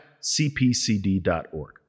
cpcd.org